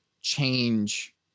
change